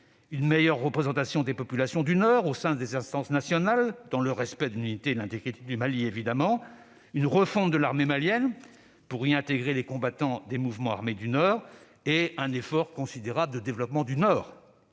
d'une meilleure représentation des populations du Nord au sein des instances nationales, dans le respect de l'unité et de l'intégrité du Mali évidemment, d'une refonte de l'armée malienne pour y intégrer des combattants des mouvements armés du Nord et d'un effort considérable de développement de ce